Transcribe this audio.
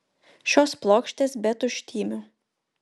šios plokštės be tuštymių